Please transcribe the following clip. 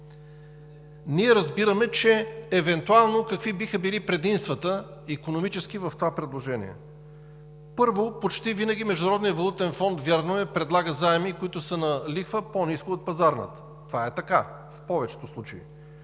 Ние разбираме евентуално какви биха били икономическите предимства в това предложение. Първо, почти винаги Международният валутен фонд, вярно е, предлага заеми, които са на лихва, по-ниска от пазарната. Това е така в повечето случаи